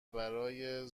برای